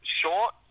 short